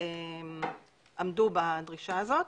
עמדו בדרישה הזאת.